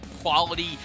quality